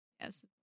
Yes